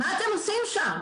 מה אתם עושים שם?